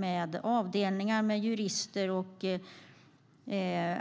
De har sina avdelningar med jurister,